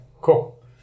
cool